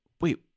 Wait